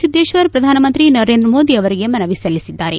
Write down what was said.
ಸಿದ್ದೇಶ್ವರ್ ಪ್ರಧಾನಮಂತ್ರಿ ನರೇಂದ್ರ ಮೋದಿ ಅವರಿಗೆ ಮನವಿ ಸಲ್ಲಿಸಿದ್ದಾರೆ